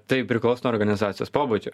tai priklauso nuo organizacijos pobūdžio